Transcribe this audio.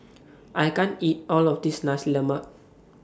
I can't eat All of This Nasi Lemak